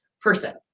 person